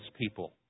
people